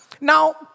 Now